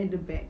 at the back